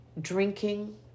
drinking